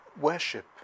worship